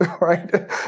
right